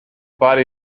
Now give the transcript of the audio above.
body